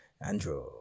Andrew